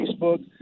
Facebook